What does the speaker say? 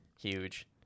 Huge